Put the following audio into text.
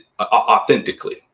authentically